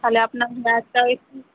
তাহলে আপনার হেয়ারটাও একটু